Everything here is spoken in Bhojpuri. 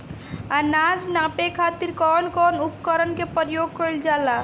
अनाज नापे खातीर कउन कउन उपकरण के प्रयोग कइल जाला?